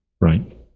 right